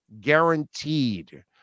Guaranteed